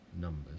Numbers